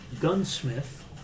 Gunsmith